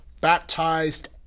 baptized